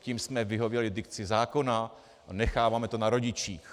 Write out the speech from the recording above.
Tím jsme vyhověli dikci zákona a necháváme to na rodičích.